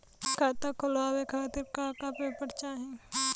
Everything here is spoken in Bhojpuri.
खाता खोलवाव खातिर का का पेपर चाही?